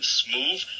smooth